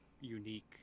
unique